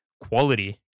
quality